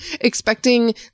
Expecting